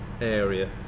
area